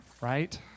right